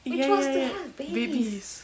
ya ya ya babies